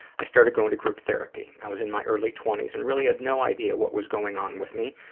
i started going to group therapy. i was in my early twenties and really had no idea what was going on with me,